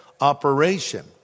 operation